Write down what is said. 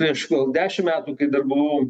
prieš gal dešimt metų kai dar buvau